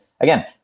again